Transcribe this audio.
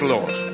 Lord